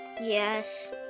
yes